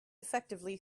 effectively